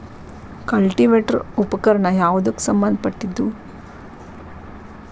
Cultivator ಉಪಕರಣ ಯಾವದಕ್ಕ ಸಂಬಂಧ ಪಟ್ಟಿದ್ದು?